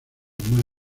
más